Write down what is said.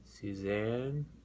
Suzanne